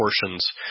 portions